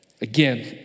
Again